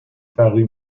parut